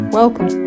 welcome